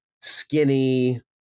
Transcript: skinny